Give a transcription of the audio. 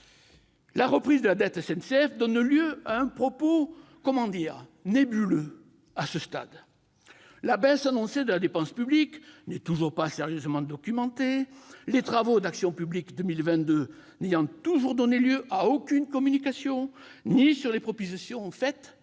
la reprise de la dette de la SNCF donne lieu à un propos nébuleux à ce stade ; la baisse annoncée de la dépense publique n'est toujours pas sérieusement documentée ; les travaux d'Action publique 2022 n'ont toujours donné lieu à aucune communication, ni sur les propositions faites par ce